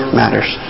matters